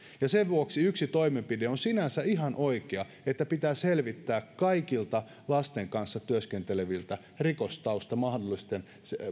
niin sen vuoksi yksi toimenpide on sinänsä ihan oikea että pitää selvittää kaikilta lasten kanssa työskenteleviltä rikostausta mahdollisten